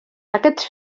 aquests